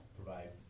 provide